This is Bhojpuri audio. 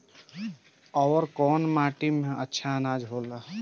अवर कौन माटी मे अच्छा आनाज होला?